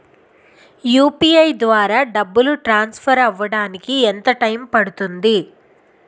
UPI ద్వారా డబ్బు transfer అవ్వడానికి ఎంత టైం పడుతుంది?